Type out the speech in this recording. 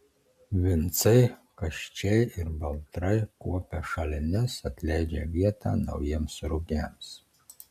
vincai kasčiai ir baltrai kuopia šalines atleidžia vietą naujiems rugiams